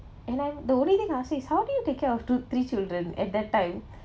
and I the only thing ask is how do you take care of two three children at that time